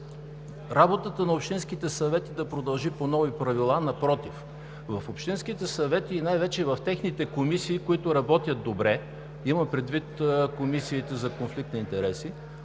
работата на общинските съвети да продължи по нови правила, напротив. В общинските съвети и най-вече в техните комисии, които работят добре – имам предвид комисиите за конфликт на интереси,